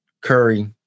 Curry